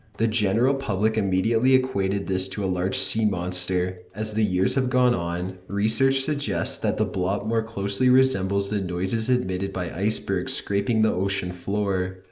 the general public immediately equated this to a large sea monster. as the years have gone on, research suggests that the bloop more closely resembles the noises emitted by icebergs scraping the ocean floor.